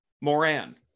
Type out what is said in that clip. Moran